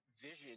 vision